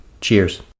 Cheers